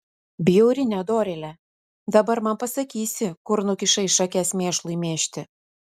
bjauri nedorėle dabar man pasakysi kur nukišai šakes mėšlui mėžti